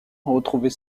retrouver